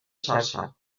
xarxa